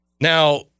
Now